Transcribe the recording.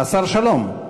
השר שלום,